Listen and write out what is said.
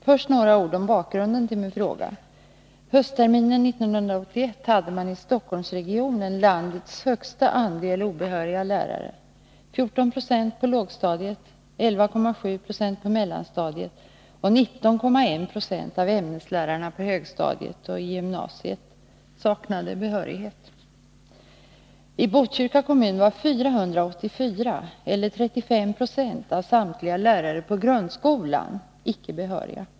Fru talman! Tack för svaret. Först några ord om bakgrunden till min fråga. I Botkyrka kommun var 484 eller 35 96 av samtliga lärare i grundskolan icke behöriga.